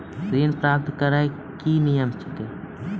ऋण प्राप्त करने कख नियम?